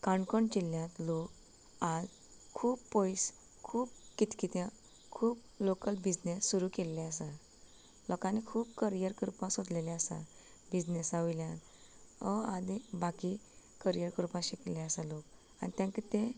काणकोण जिल्ल्यांत लोक आज खूब पयस खूब कित कित्यांत खूब लोकल बिजनस सुरू केल्ली आसात लोकांनी खूब करियर करपाक सोदलेलें आसा बिजनेसा वयल्यान वा आदी बाकी करियर करपाक शिकिल्ले आसा लोक आनी तांकां तें